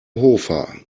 hofer